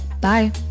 Bye